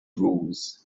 rules